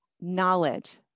knowledge